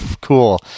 cool